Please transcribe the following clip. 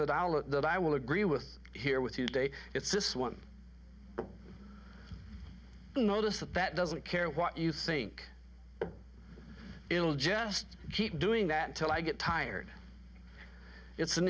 that i will agree with here with you today it's this one notice that that doesn't care what you think it'll just keep doing that till i get tired it's an